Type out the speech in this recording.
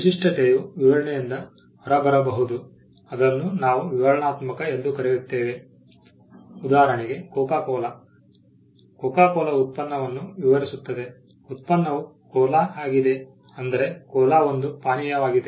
ವಿಶಿಷ್ಟತೆಯು ವಿವರಣೆಯಿಂದ ಹೊರಬರಬಹುದು ಅದನ್ನು ನಾವು ವಿವರಣಾತ್ಮಕ ಎಂದು ಕರೆಯುತ್ತೇವೆ ಉದಾಹರಣೆಗೆ ಕೋಕಾ ಕೋಲಾ ಉತ್ಪನ್ನವನ್ನು ವಿವರಿಸುತ್ತದೆ ಉತ್ಪನ್ನವು ಕೋಲಾ ಆಗಿದೆ ಅಂದರೆ ಕೋಲಾ ಒಂದು ಪಾನೀಯವಾಗಿದೆ